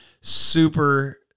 super